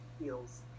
feels